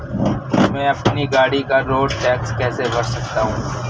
मैं अपनी गाड़ी का रोड टैक्स कैसे भर सकता हूँ?